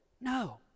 no